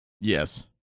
Yes